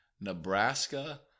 Nebraska